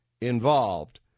involved